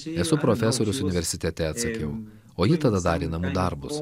esu profesorius universitete atsakiau o ji tada darė namų darbus